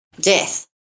death